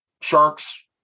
sharks